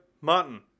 Martin